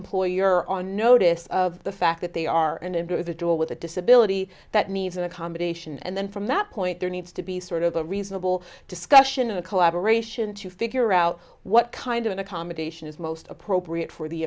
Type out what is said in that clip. employer on notice of the fact that they are and individual with a disability that needs an accommodation and then from that point there needs to be sort of a reasonable discussion a collaboration to figure out what kind of an accommodation is most appropriate for the